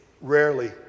rarely